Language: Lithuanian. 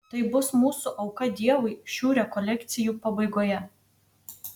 tai bus mūsų auka dievui šių rekolekcijų pabaigoje